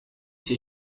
fait